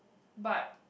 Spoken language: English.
but